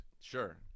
Sure